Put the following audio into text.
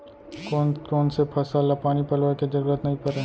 कोन कोन से फसल ला पानी पलोय के जरूरत नई परय?